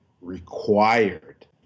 required